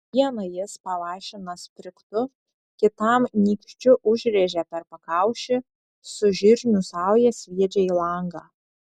vieną jis pavaišina sprigtu kitam nykščiu užrėžia per pakaušį su žirnių sauja sviedžia į langą